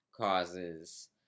causes